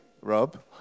Rob